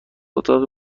اتاقی